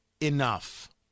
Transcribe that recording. enough